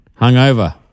Hungover